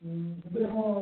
ଏବେ ହଁ